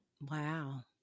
Wow